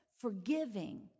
forgiving